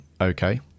okay